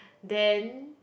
then